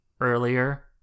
earlier